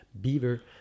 Beaver